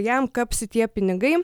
jam kapsi tie pinigai